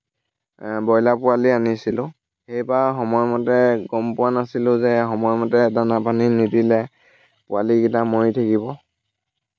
broiler পোৱালী আনিছিলোঁ সেইবাৰ সময়মতে গম পোৱা নাছিলোঁ যে সময়মতে দানা পানী নিদিলে পোৱালীকেইটা মৰি থাকিব